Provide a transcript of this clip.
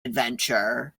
adventure